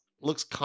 looks